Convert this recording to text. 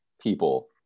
people